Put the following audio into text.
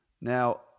Now